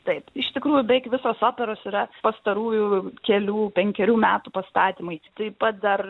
taip iš tikrųjų beveik visos operos yra pastarųjų kelių penkerių metų pastatymai taip pat dar